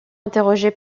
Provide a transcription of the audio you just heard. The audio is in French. interrogé